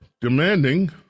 demanding